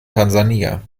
tansania